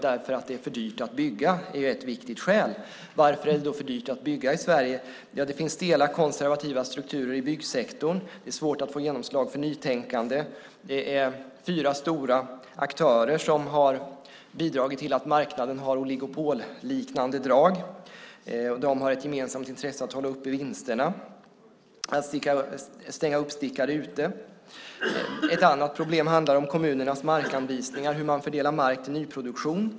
Därför att det är för dyrt att bygga. Det är ett viktigt skäl. Varför är det för dyrt att bygga i Sverige? Det finns stela, konservativa strukturer i byggsektorn. Det är svårt att få genomslag för nytänkande. Det är fyra stora aktörer som har bidragit till att marknaden har oligopolliknande drag. De har ett gemensamt intresse av att hålla uppe vinsterna, att stänga uppstickare ute. Ett annat problem handlar om kommunernas markanvisningar, hur man fördelar mark till nyproduktion.